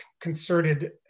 concerted